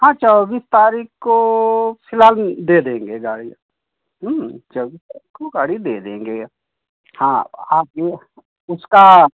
हाँ चौबीस तारीख को फिलहाल दे देंगें गाड़ी चौबीस तारीक को गाड़ी दे देंगें हाँ हाँ जी उसका